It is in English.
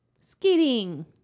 Skating